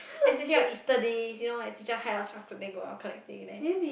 especially on easter days you know like teacher hide our stuff then go out collecting and then